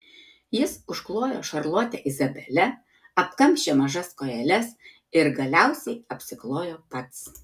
jis užklojo šarlotę izabelę apkamšė mažas kojeles ir galiausiai apsiklojo pats